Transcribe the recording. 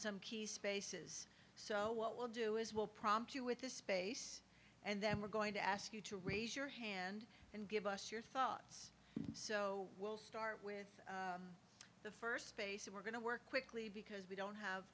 some key spaces so what we'll do is will prompt you with this space and then we're going to ask you to raise your hand and give us your thoughts so we'll start with the first space and we're going to work quickly because we don't have